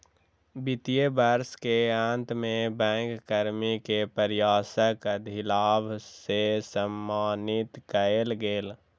वित्तीय वर्ष के अंत में बैंक कर्मी के प्रयासक अधिलाभ सॅ सम्मानित कएल गेल